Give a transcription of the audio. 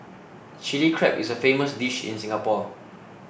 Chilli Crab is a famous dish in Singapore